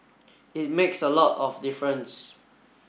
it makes a lot of difference